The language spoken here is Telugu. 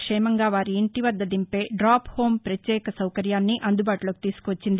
క్షేమంగా వారి ఇంటి వద్ద దింపే డాప్ హోమ్ పత్యేక సౌకర్యాన్ని అందుబాటులోకి తీసుకు వచ్చింది